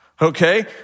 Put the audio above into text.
okay